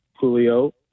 Julio